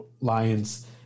lions